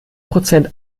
prozent